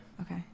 Okay